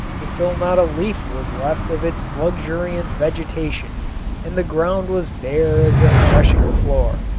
until not a leaf was left of its luxuriant vegetation and the ground was bare as a threshing floor.